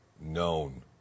Known